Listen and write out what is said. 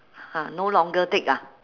!huh! no longer take ah